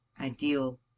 Ideal